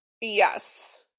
Yes